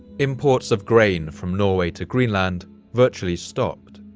imports of grain from norway to greenland virtually stopped,